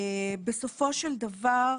בסופו של דבר,